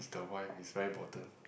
is the wife is very important